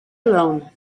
alone